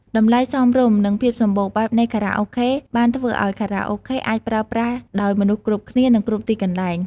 តម្លៃសមរម្យ និងភាពសម្បូរបែបនៃខារ៉ាអូខេ បានធ្វើឱ្យខារ៉ាអូខេអាចប្រើប្រាស់ដោយមនុស្សគ្រប់គ្នា និងគ្រប់ទីកន្លែង។